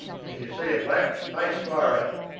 and if you see a black face fire at it.